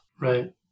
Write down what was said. Right